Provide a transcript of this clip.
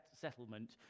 settlement